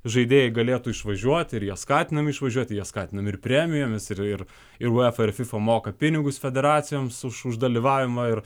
žaidėjai galėtų išvažiuoti ir jie skatinami išvažiuoti jie skatinami ir premijomis ir ir ir uefa ir fifa moka pinigus federacijoms už už dalyvavimą ir